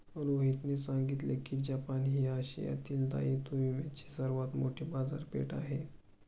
रोहितने सांगितले की जपान ही आशियातील दायित्व विम्याची सर्वात मोठी बाजारपेठ आहे